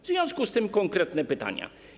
W związku z tym mam konkretne pytania.